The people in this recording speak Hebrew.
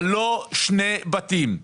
אבל לא שני בתים.